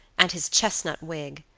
and his chestnut wig.